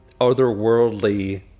otherworldly